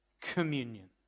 communion